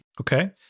okay